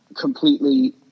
completely